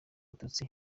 abatutsi